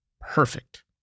perfect